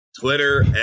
Twitter